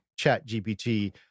ChatGPT